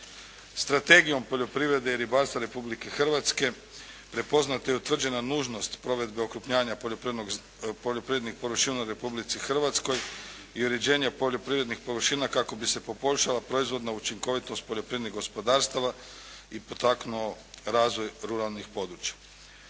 Strategijom poljoprivrede i ribarstva Republike Hrvatske prepoznata je i utvrđena nužnost provedbe okrupnjavanja poljoprivrednih površina u Republici Hrvatskoj i uređenja poljoprivrednih površina kako bi se poboljšala proizvodna učinkovitost poljoprivrednih gospodarstava i potaknuo razvoj ruralnih područja.